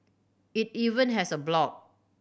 it even has a blog